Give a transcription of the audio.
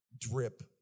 drip